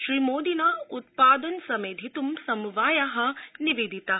श्रीमोदिना उत्पादन समेधितुं समवायाः निवेदिताः